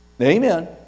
amen